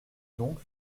donc